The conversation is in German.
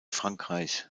frankreich